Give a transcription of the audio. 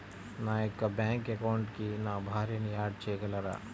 నా యొక్క బ్యాంక్ అకౌంట్కి నా భార్యని యాడ్ చేయగలరా?